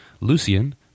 lucian